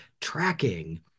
tracking